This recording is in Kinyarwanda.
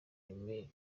aime